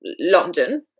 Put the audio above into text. London